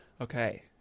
Okay